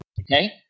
Okay